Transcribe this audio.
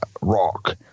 rock